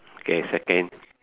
okay second